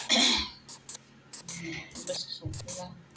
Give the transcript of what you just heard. बिदिनो बोसोरसेखौ लाखियो